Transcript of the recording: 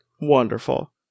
wonderful